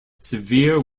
severe